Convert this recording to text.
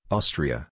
Austria